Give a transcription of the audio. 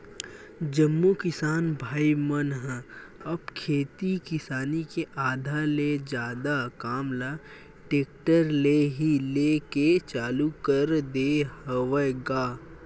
जम्मो किसान भाई मन ह अब खेती किसानी के आधा ले जादा काम ल टेक्टर ले ही लेय के चालू कर दे हवय गा